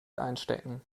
einstecken